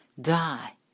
die